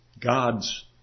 God's